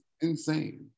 Insane